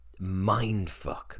mindfuck